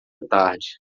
tarde